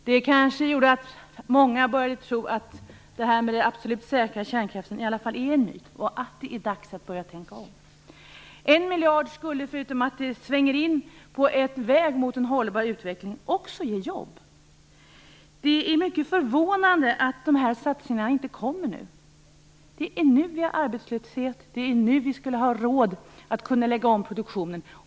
Det kanske gjorde att många började att tro att detta med den absolut säkra kärnkraften är en myt i alla fall och att det är dags att börja tänka om. En miljard skulle, förutom att det leder till att man svänger in på en väg mot en hållbar utveckling, också ge jobb. Det är mycket förvånande att dessa satsningar inte görs nu. Det är nu vi har arbetslöshet. Det är nu vi borde ha råd att lägga om produktionen.